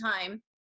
time